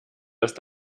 ist